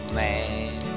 man